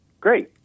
Great